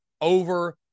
over